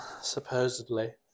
supposedly